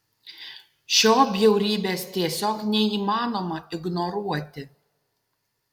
šio bjaurybės tiesiog neįmanoma ignoruoti